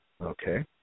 Okay